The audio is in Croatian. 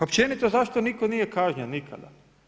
Općenito, zašto nitko nije kaznjen, nikada?